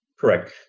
Correct